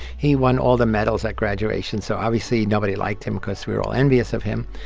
he won all the medals at graduation, so obviously nobody liked him because we were all envious of him.